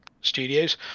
studios